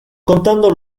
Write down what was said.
contando